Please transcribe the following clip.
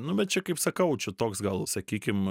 nu bet čia kaip sakau čia toks gal sakykim